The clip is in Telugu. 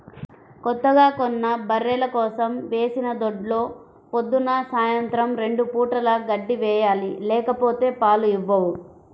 కొత్తగా కొన్న బర్రెల కోసం వేసిన దొడ్లో పొద్దున్న, సాయంత్రం రెండు పూటలా గడ్డి వేయాలి లేకపోతే పాలు ఇవ్వవు